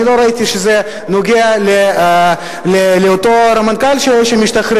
לא ראיתי שזה נוגע לאותו רמטכ"ל שמשתחרר.